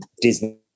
Disney